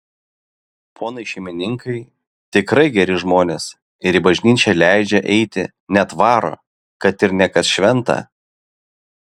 ponai šeimininkai tikrai geri žmonės ir į bažnyčią leidžia eiti net varo kad ir ne kas šventą